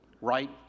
right